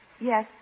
Yes